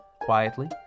quietly